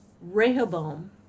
Rehoboam